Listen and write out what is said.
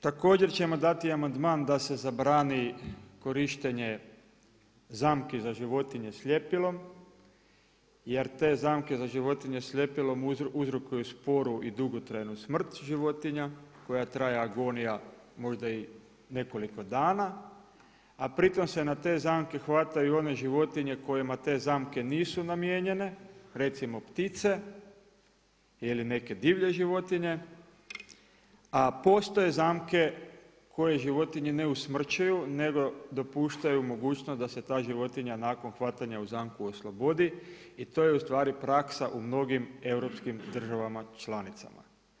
Također ćemo dati amandman da se zabrani korištenje zamki za životinje s ljepilom jer te zamke za životinje s ljepilom uzrokuju sporu i dugotrajnu smrt životinja koja traje agonija možda i nekoliko dana, a pri tom se na te zamke hvataju one životinje kojima te zamke nisu namijenjene, recimo ptice ili neke divlje životinje, a postoje zamke koje životinje ne usmrćuju nego dopuštaju mogućnost da se ta životinja nakon hvatanja u zamku oslobodi i to je ustvari praksa u mnogim europskim državama članicama.